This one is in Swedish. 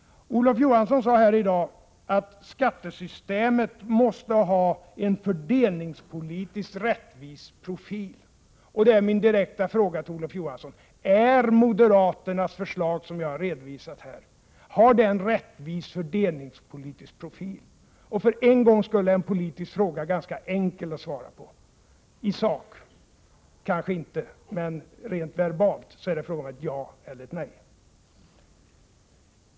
Olof Johansson sade här i dag att skattesystemet måste ha en fördelningspolitiskt rättvis profil, och det är min direkta fråga till honom: Har moderaternas förslag, som jag har redovisat här, en rättvis fördelningspolitisk profil? För en gångs skull är en politisk fråga ganska enkel att svara på — kanske inte i sak, men rent verbalt är det fråga om ett ja eller ett nej.